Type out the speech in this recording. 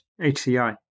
HCI